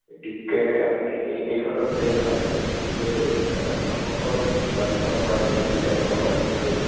গতিকে আপুনি এইকেইখনৰ ভিতৰত আপুনি নিজৰ ওচৰত বা যিখনৰ পৰা বেছি সুবিধাজনক হয় বুলি ভাবে